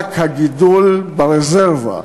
רק הגידול ברזרבה,